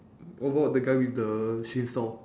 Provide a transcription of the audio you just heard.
what about the guy with the chainsaw